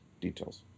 details